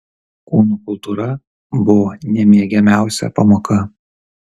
kūno kultūra buvo nemėgiamiausia pamoka